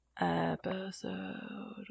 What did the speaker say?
episode